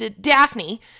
daphne